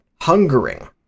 hungering